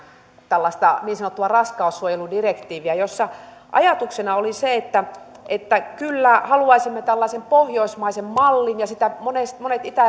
tällaista niin sanottua raskaussuojeludirektiiviä jossa ajatuksena oli se että että kyllä haluaisimme tällaisen pohjoismaisen mallin ja sitä monet monet itä